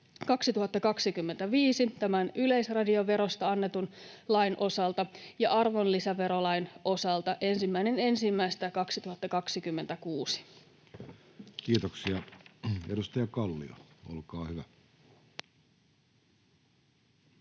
1.1.2025 tämän yleisradioverosta annetun lain osalta ja 1.1.2026 arvonlisäverolain osalta. Kiitoksia. — Edustaja Kallio, olkaa hyvä.